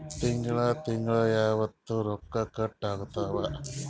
ತಿಂಗಳ ತಿಂಗ್ಳ ಯಾವತ್ತ ರೊಕ್ಕ ಕಟ್ ಆಗ್ತಾವ?